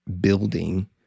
building